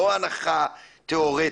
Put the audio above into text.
לא הנחה תיאורטית,